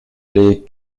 les